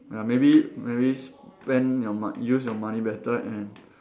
ya maybe maybe spend your mo~ use your money better and